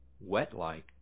wet-like